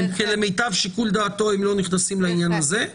כי למיטב שיקול דעתו הם לא נכנסים לעניין הזה,